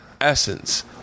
essence